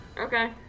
Okay